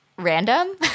random